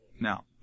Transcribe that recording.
Now